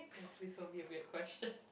please don't give a weird question